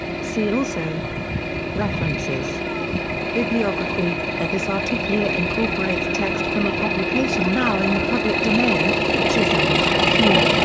see also references bibliography this article yeah incorporates text from a publication now in the public domain chisholm, hugh,